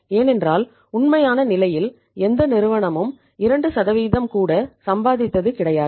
ஏனென்றால் உண்மையான நிலையில் எந்த நிறுவனமும் 2 கூட சம்பாதித்தது கிடையாது